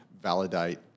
validate